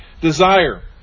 Desire